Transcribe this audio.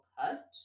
cut